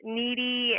needy